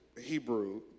Hebrew